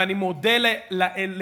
ואני מודה לאלוהים,